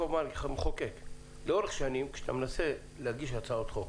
כמחוקק אתה מנסה לאורך שנים להגיש הצעות חוק